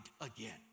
again